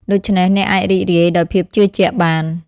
ដូច្នេះ អ្នកអាចរីករាយដោយភាពជឿជាក់បាន។